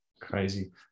Crazy